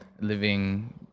living